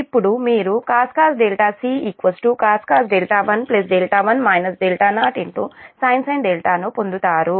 ఇప్పుడు మీరు cos ccos 1 sin 0 పొందుతారు